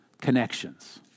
connections